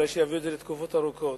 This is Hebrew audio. אולי שיביאו את זה לתקופות ארוכות.